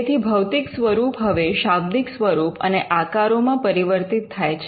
તેથી ભૌતિક સ્વરૂપ હવે શાબ્દિક સ્વરૂપ અને આકારોમાં પરિવર્તિત થાય છે